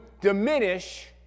diminish